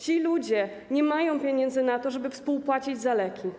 Ci ludzie nie mają pieniędzy na to, żeby współpłacić za leki.